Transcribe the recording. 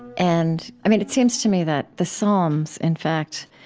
and it seems to me that the psalms, in fact,